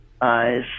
eyes